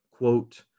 quote